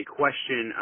question